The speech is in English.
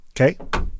okay